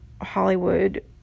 Hollywood